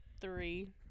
three